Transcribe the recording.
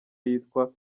yitwa